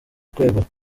kwegura